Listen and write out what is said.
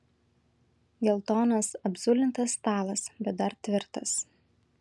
geltonas apzulintas stalas bet dar tvirtas